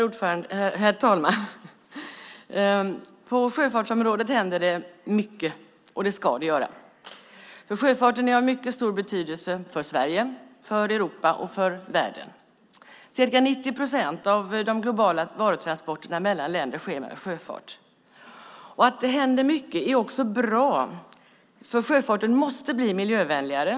Herr talman! På sjöfartsområdet händer det mycket, och det ska det göra för sjöfarten är av mycket stor betydelse för Sverige, för Europa och för världen. Ca 90 procent av de globala varutransporterna mellan länder sker med sjöfart. Att det händer mycket är också bra. Sjöfarten måste nämligen bli miljövänligare.